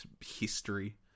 history